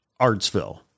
Artsville